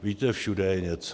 Víte, všude je něco.